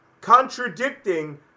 contradicting